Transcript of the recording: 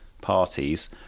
parties